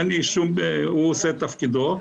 הוא עושה את תפקידו,